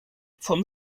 vom